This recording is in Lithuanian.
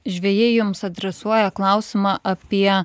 žvejai jums adresuoja klausimą apie